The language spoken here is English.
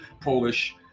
Polish